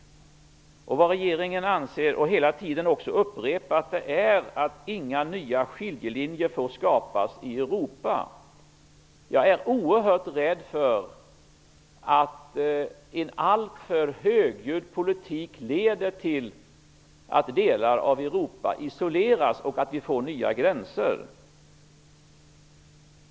Vad regeringen anser, och hela tiden har upprepat, är att inga nya skiljelinjer får skapas i Europa. Jag är oerhört rädd för att en alltför högljudd politik leder till att delar av Europa isoleras och vi får nya gränser.